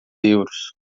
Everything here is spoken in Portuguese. euros